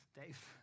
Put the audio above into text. Dave